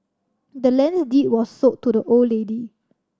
the land's deed was sold to the old lady